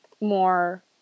more